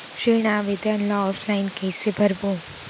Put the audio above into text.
ऋण आवेदन ल ऑफलाइन कइसे भरबो?